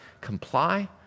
comply